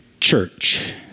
Church